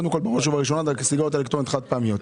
בראש ובראשונה את הסיגריות האלקטרוניות החד פעמיות.